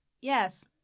yes